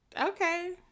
Okay